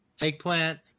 Eggplant